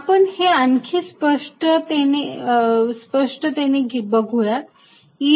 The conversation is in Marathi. आपण हे आणखी स्पष्टपणे बघुयात E